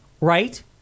right